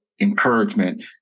encouragement